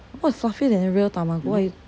what fluffier than the real tamago what you